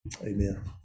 amen